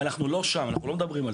אבל אנחנו לא שם, אנחנו לא מדברים על זה.